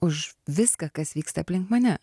už viską kas vyksta aplink mane